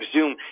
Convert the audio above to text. Zoom